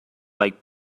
like